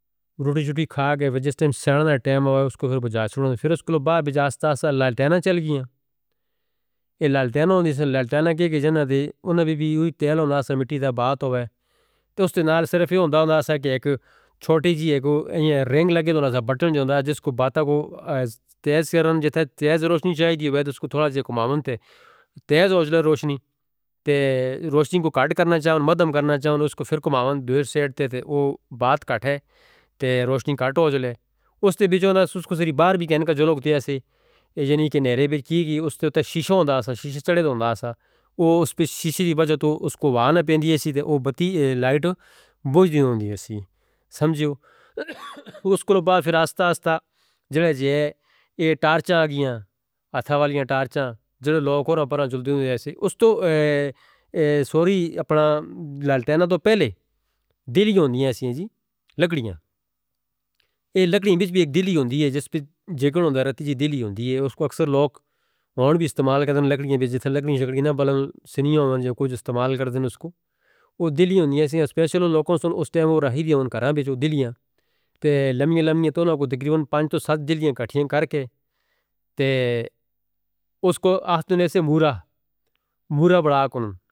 روٹی شٹی کھا گئے ویجستے ہیں سرنا ٹائم ہوئے اس کو پھر بجھا شرون دے پھر اس کو بعد بجھا ستا سا لالٹیناں چل گیاں۔ یہ لالٹین ہوندی سن لالٹیناں کہ جنہاں دی انہاں بھی وہی تیل ہوندا سا مٹی دا بات ہووے۔ تے اس نے نال صرف یہ ہوندہ ہوندہ سا کہ ایک چھوٹی جی ایک رنگ لگی ہوندہ سا بٹن جوندہ جہاں جس کو بات کو تیز کرن جتھے تیز روشنی چاہیے دی وہ اس کو تھوڑا جے کماند تے۔ تیز اجلا روشنی تے روشنی کو کٹ کرنا چاہون مدھم کرنا چاہون اس کو پھر کماند دوئے سیڈ تے تے وہ بات کٹ ہے تے روشنی کٹو اجلے۔ اس نے بیچ ہوندہ اس کو سری بار بھی کہنکہ جو لوگ دئے سے یہ جینی کہ نیرے بھی کی گی اس نے تے شیشوں ہوندہ سا شیش چڑے ہوتا ہوندہ سا اس پر شیش دی وجہ تو اس کو واہ نہ پندی ایسے تھے وہ بتی لائٹ بوجھ دی ہوندی ہے۔ سمجھو اس کو پھر بعد آستہ آستہ جڑے جیہے یہ ٹارچ آگیاں آتھا والی ٹارچاں جڑے لوگ اور اپران جڑ دیوں دے ایسے اس تو سوری اپنا لالٹینوں تو پہلے دل ہی ہوندی ہے سی جی لکڑیاں۔ یہ لکڑیوں بیچ بھی ایک دل ہی ہوندی ہے جس پر جیکر ہوندہ راتے جی دل ہی ہوندی ہے اس کو اکثر لوگ ہون بھی استعمال کردیں لکڑیوں بیچ جیسے لکڑی شڑکنی نہ بلن سنیوں ہوندیاں کوئی استعمال کردیں اس کو۔ وہ دل ہی ہوندی ہے سی اسپیشل انہوں نے اس وقت وہ رہی دی ہوند کراہاں بیچ وہ دل ہی ہیں۔ لمیاں لمیاں تونا کو تقریبا پانچ تو سات دل ہی ہیں کٹھیاں کر کے تے اس کو آستے نے سے مورا بڑا کن.